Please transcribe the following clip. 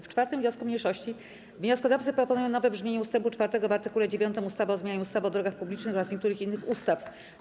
W 4. wniosku mniejszości wnioskodawcy proponują nowe brzmienie ust. 4 w art. 9 ustawy o zmianie ustawy o drogach publicznych oraz niektórych innych ustaw.